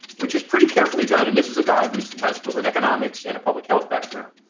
which is pretty carefully done and this is a guy who has was an economics and a public health background,